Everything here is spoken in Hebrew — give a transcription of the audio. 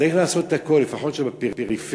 צריך לעשות הכול שלפחות בפריפריה,